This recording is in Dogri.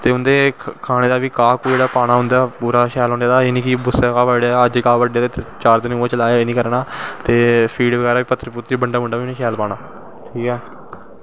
ते उंदा कानें दा बी घाह् कूड़ा पाना उंदा एह् नी कि अज्ज घाह् बड्ढेआ ते चार दिन उऐ चलाया ते फीड बगैरा पत्तरी बगैरा बंडा बुंडा शैल पाना ठीक ऐ